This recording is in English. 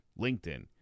LinkedIn